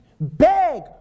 Beg